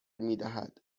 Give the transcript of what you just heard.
میدهد